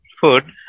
food